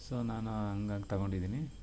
so ನಾನು ಹಾಗಾಗ್ ತೆಗೊಂಡಿದೀನಿ